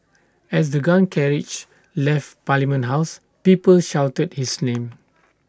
as the gun carriage left parliament house people shouted his name